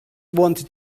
wanted